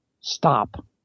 stop